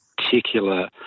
particular